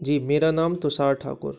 जी मेरा नाम तुषार ठाकुर